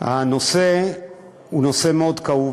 הנושא הוא מאוד כאוב,